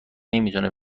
نمیتونه